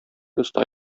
оста